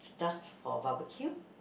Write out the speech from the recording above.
just for barbecue